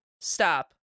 Stop